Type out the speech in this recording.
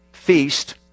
feast